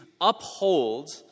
uphold